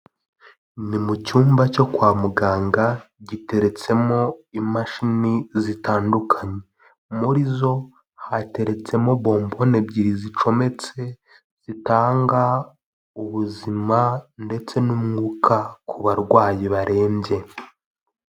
Ni mu cyumba cyo kwa muganga giteretsemo imashini zitandukanye muri zo hateretsemo bombone ebyiri zicometse zitanga ubuzima ndetse n'umwuka ku barwayi barembye.